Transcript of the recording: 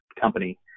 company